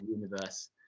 universe